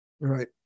Right